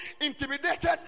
intimidated